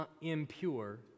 impure